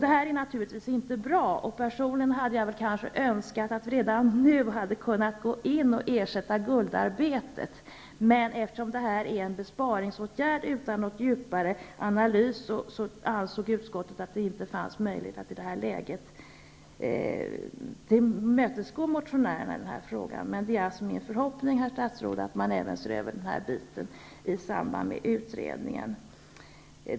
Det här är naturligtvis inte bra. Personligen hade jag nog önskat att försäkringen redan nu kunnat gå in och ersätta guldarbete, men eftersom vi hade att behandla ett besparingsförslag utan någon djupare analys ansåg utskottet att det inte fanns möjlighet att i detta läge tillmötesgå motionärerna. Men det är alltså min förhoppning, herr statsråd, att man även ser över den här biten i samband med utredningen.